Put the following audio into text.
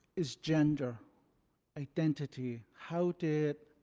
is gender identity. how did